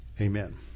amen